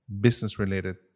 business-related